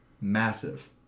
massive